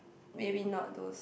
maybe not those